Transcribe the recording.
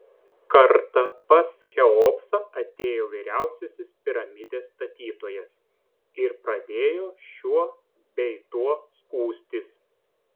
kartą pas cheopsą atėjo vyriausiasis piramidės statytojas ir pradėjo šiuo bei tuo skųstis